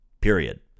Period